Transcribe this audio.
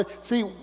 see